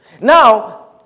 now